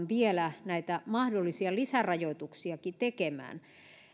vielä näitä mahdollisia lisärajoituksiakin tekemään